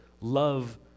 love